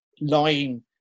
lying